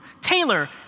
Taylor